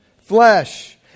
Flesh